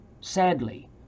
sadly